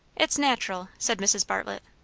it's nat'ral, said mrs. bartlett.